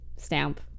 stamp